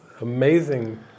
amazing